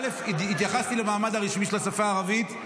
התייחסתי למעמד הרשמי של השפה הערבית.